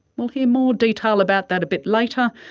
we'll hear more detail about that a bit later,